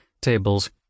tables